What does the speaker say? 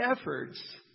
efforts